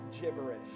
gibberish